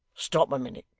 stop a minute.